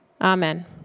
amen